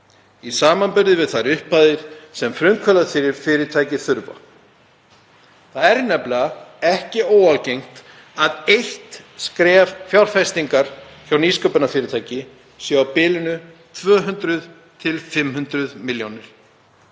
í samanburði við þær upphæðir sem frumkvöðlafyrirtæki þurfa. Það er nefnilega ekki óalgengt að eitt skref fjárfestingar hjá nýsköpunarfyrirtæki sé á bilinu 200–500 milljónir.